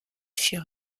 fut